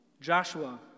Joshua